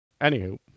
Anywho